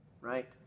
right